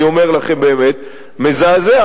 אני אומר לכם, באמת: מזעזע.